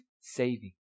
saving